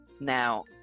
now